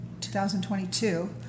2022